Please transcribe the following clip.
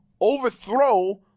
overthrow